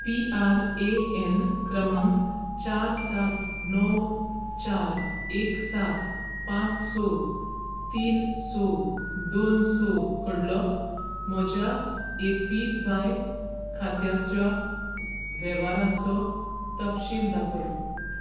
P R A N क्रमांक चार सात णव चार एक सात पांच सो तीन सो दोन स कडलो म्हज्या ए पी व्हाय खात्याच्या वेव्हाराचो तपशील दाखोय